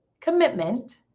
commitment